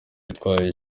bitwaye